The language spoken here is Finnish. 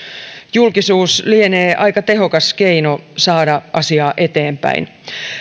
julkisuus lienee aika tehokas keino saada asiaa eteenpäin